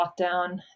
lockdown